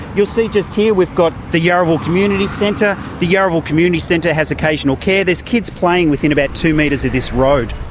you'll see just here we've got the yarraville community centre. the yarraville community centre has occasional care, there's kids playing within about two metres of this road.